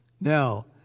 Now